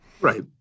Right